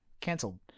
cancelled